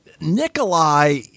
Nikolai